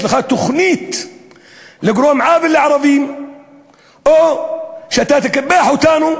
יש לך תוכנית לגרום עוול לערבים או שאתה תקפח אותנו,